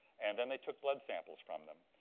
and then they took blood samples from them.